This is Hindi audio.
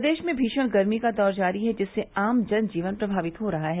प्रदेश में भीषण गर्मी का दौर जारी है जिससे आम जन जीवन प्रभावित हो रहा है